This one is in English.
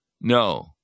No